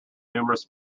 numerous